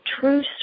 true